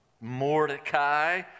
Mordecai